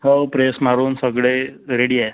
हो प्रेस मारून सगळे रेडी आहे